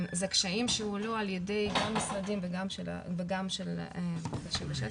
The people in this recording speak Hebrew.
זה קשיים שהועלו על ידי עוד משרדים וגם של ארגונים בשטח,